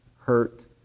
hurt